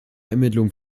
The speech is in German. ermittlungen